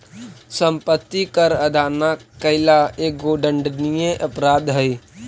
सम्पत्ति कर अदा न कैला एगो दण्डनीय अपराध हई